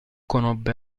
conobbe